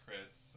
Chris